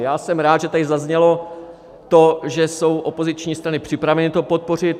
Já jsem rád, že tady zaznělo to, že jsou opoziční strany připraveny to podpořit.